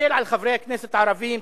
תסתכל על חברי הכנסת הערבים,